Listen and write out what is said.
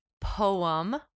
poem